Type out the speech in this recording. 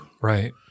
Right